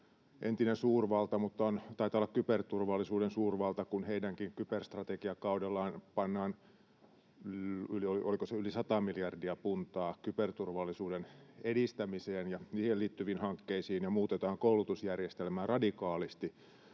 entinen suurvalta mutta taitaa olla kyberturvallisuuden suurvalta, ja kun heidänkin kyber-strategiakaudellaan pannaan oliko se yli 100 miljardia puntaa kyberturvallisuuden edistämiseen ja siihen liittyviin hankkeisiin ja muutetaan koulutusjärjestelmää radikaalisti